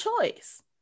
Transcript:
choice